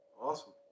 Awesome